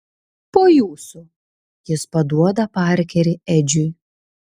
po jūsų jis paduoda parkerį edžiui